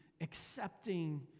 accepting